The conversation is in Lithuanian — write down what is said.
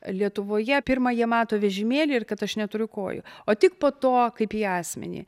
lietuvoje pirma jie mato vežimėlį ir kad aš neturiu kojų o tik po to kaip į asmenį